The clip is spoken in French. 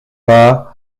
pas